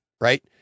right